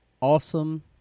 awesome